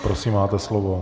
Prosím, máte slovo.